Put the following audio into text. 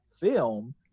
film